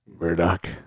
Murdoch